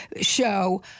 show